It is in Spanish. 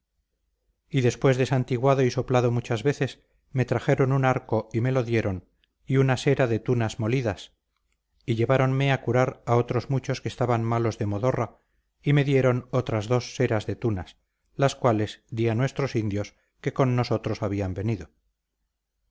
y después de santiguado y soplado muchas veces me trajeron un arco y me lo dieron y una sera de tunas molidas y lleváronme a curar a otros muchos que estaban malos de modorra y me dieron otras dos seras de tunas las cuales di a nuestros indios que con nosotros habían venido